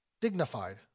dignified